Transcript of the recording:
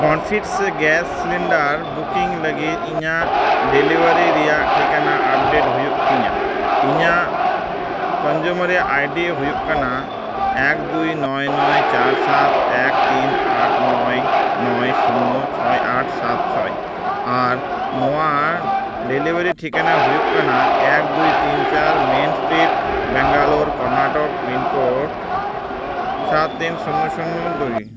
confidence gas cylinder booking ᱞᱟᱹᱜᱤᱫ ᱤᱧᱟᱹᱜ delivery ᱨᱮᱱᱟᱜ ᱴᱷᱤᱠᱟᱹᱱᱟ ᱟᱯᱰᱮᱴ ᱦᱩᱭᱩᱜ ᱛᱤᱧᱟᱹ ᱤᱧᱟᱹᱜ ᱠᱚᱱᱡᱤᱭᱩᱢᱟᱨ ᱟᱭᱰᱤ ᱦᱩᱭᱩᱜ ᱠᱟᱱᱟ ᱮᱠ ᱫᱩᱭ ᱱᱚᱭ ᱱᱚᱭ ᱪᱟᱨ ᱥᱟᱛ ᱮᱠ ᱛᱤᱱ ᱟᱴ ᱱᱚᱭ ᱱᱚᱭ ᱥᱩᱱᱱᱚ ᱪᱷᱚᱭ ᱟᱴ ᱥᱟᱛ ᱪᱷᱚᱭ ᱟᱨ ᱱᱚᱣᱟ ᱰᱮᱞᱤᱵᱷᱟᱨᱤ ᱴᱷᱤᱠᱟᱹᱱᱟ ᱦᱩᱭᱩᱜ ᱠᱟᱱᱟ ᱮᱠ ᱫᱩᱭ ᱛᱤᱱ ᱪᱟᱨ main street Bangalore Karnataka pin code ᱥᱟᱛ ᱛᱤᱱ ᱥᱩᱱᱱᱚ ᱥᱩᱱᱱᱚ ᱫᱩᱭ